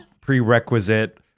prerequisite